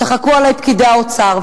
צחקו עלי פקידי האוצר.